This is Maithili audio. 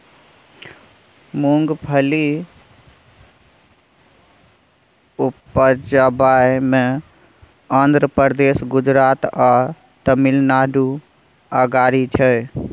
मूंगफली उपजाबइ मे आंध्र प्रदेश, गुजरात आ तमिलनाडु अगारी छै